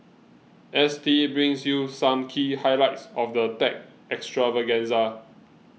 S T brings you some key highlights of the tech extravaganza